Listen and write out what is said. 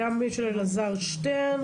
גם של אלעזר שטרן